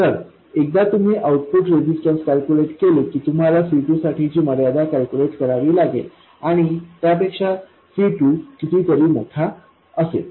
तर एकदा तुम्ही आउटपुट रेझिस्टन्स कॅल्कुलेट केले की तुम्हाला C2 साठीची मर्यादा कॅल्कुलेट करावी लागेल आणि त्यापेक्षा C2 कितीतरी मोठा असेल